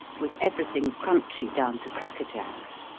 with everything crunchy down to crackerjacks.